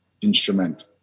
instrument